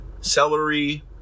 celery